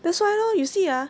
that's why lor you see ah